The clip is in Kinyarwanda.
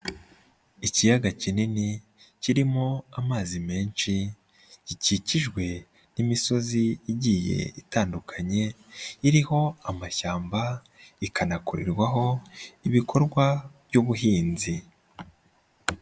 Ikiyaga kinini kirimo amazi menshi, gikikijwe n'imisozi igiye itandukanye iriho amashyamba, ikanakorerwaho ibikorwa by'ubuhinzi.